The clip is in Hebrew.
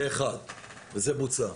זה בוצע,